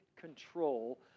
control